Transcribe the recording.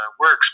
works